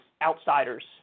outsiders